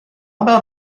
about